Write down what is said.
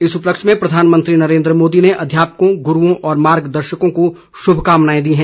इस उपलक्ष्य में प्रधानमंत्री नरेन्द्र मोदी ने अध्यापकों गुरूओं और मार्गदर्शकों को शुभकामनाए दी हैं